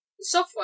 software